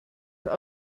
sich